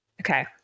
Okay